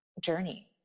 journey